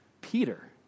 Peter